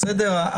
בסדר?